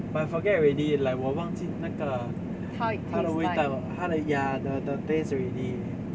but I forget already like 我忘记那个它的味道它的 ya the the taste already